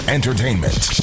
Entertainment